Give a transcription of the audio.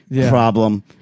problem